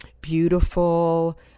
beautiful